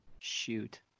Shoot